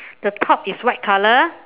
the top is white color